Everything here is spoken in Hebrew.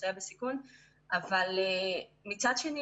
אבל מצד שני,